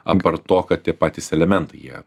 apart to kad tie patys elementai jie